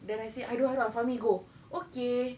then I say I don't want I don't want fahmi go okay